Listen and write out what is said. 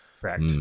Correct